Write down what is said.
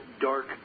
dark